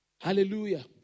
Hallelujah